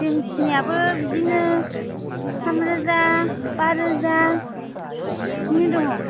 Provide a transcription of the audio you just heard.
जेन्सनियाबो बिदिनो थाम रोजा बा रोजा इदिनि दङ